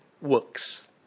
works